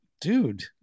Dude